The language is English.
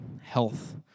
health